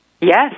Yes